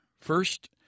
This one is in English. First